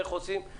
איך עושים?